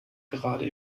gerade